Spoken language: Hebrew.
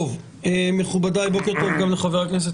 חברותיי וחבריי,